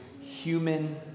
human